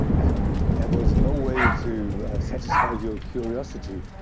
and there was no way to satisfy your curiosity.